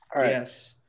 Yes